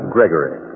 Gregory